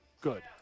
good